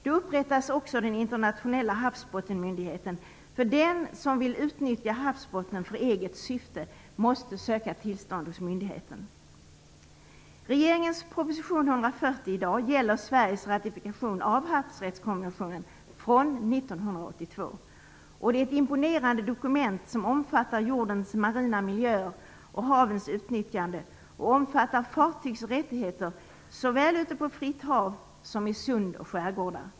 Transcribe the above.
Då inrättades också den internationella myndigheten för havsbotten. Den som vill utnyttja havsbottnen för eget syfte måste söka tillstånd hos myndigheten. Regeringens proposition 140 gäller Sveriges ratificering av havsrättskonventionen från 1982. Det är ett imponerade dokument som omfattar jordens marina miljöer och havens utnyttjande. Konventionen omfattar också fartygs rättigheter såväl ute på fritt hav som i sund och skärgårdar.